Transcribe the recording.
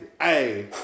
Hey